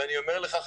ואני אומר לך,